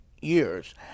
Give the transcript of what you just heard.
years